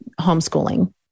homeschooling